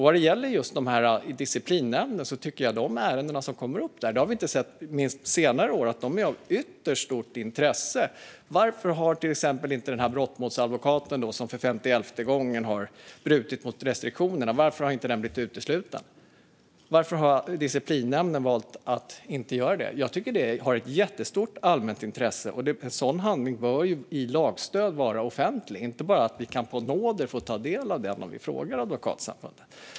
Vad gäller ärenden som kommer upp i disciplinnämnden har vi på senare år sett att de kan vara av ytterst stort intresse. Varför har brottmålsadvokaten som för femtielfte gången brutit mot restriktionerna inte blivit utesluten? Varför har disciplinnämnden valt att inte göra det? Jag tycker att det har ett jättestort allmänintresse, och en sådan handling bör i lagstöd vara offentlig - inte bara att vi på nåder kan få ta del av handlingen om vi frågar Advokatsamfundet.